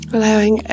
Allowing